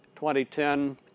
2010